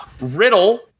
Riddle